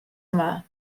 yma